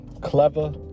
Clever